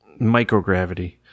Microgravity